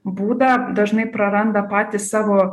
būdą dažnai praranda patys savo